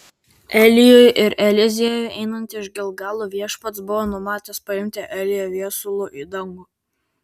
elijui ir eliziejui einant iš gilgalo viešpats buvo numatęs paimti eliją viesulu į dangų